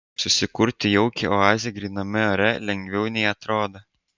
susikurti jaukią oazę gryname ore lengviau nei atrodo